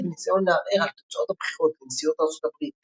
בניסיון לערער על תוצאות הבחירות לנשיאות ארצות הברית